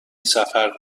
سفر